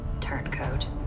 Turncoat